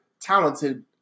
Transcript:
talented